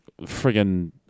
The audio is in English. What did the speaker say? friggin